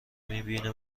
میبینه